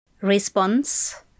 Response